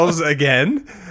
again